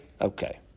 okay